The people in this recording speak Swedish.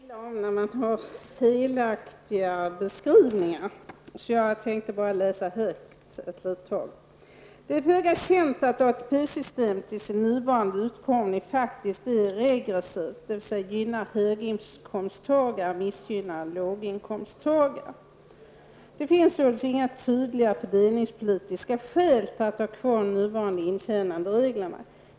Herr talman! Jag tycker alltid illa om när man gör felaktiga beskrivningar. Jag tänkte därför läsa högt en liten stund ur Konjunkturrådets rapport 1991, Sverige vid vändpunkten: ''Det är ett föga känt faktum, att ATP-systmet i sin nuvarande utformning faktiskt är regressivt, dvs. gynnar höginkomsttagare och missgynnar låginkomsttagare -- Det finns således inga tydliga fördelningspolitiska skäl för att ha kvar de nuvarande intjänandereglerna.